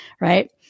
right